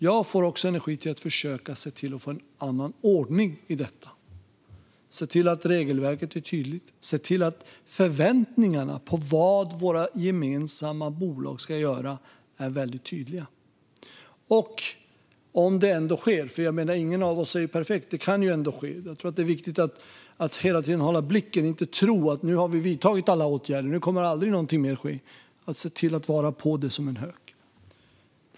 Jag får också energi till att försöka få en annan ordning i detta genom att se till att regelverket är tydligt och att förväntningarna på vad våra gemensamma bolag ska göra är tydliga. Om det ändå sker - ingen av oss är ju perfekt; det kan ändå ske - tror jag att det är viktigt att hela tiden hålla kvar blicken och inte tro att nu har vi vidtagit alla åtgärder, nu kommer aldrig någonting mer att ske, utan vara på det som en hök.